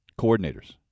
coordinators